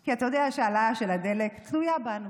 כי אתה יודע שהעלאה של הדלק תלויה בנו,